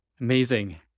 Amazing